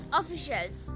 officials